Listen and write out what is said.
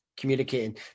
communicating